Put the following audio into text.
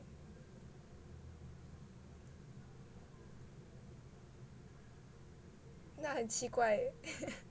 他很奇怪